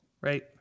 right